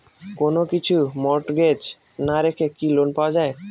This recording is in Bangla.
কোন কিছু মর্টগেজ না রেখে কি লোন পাওয়া য়ায়?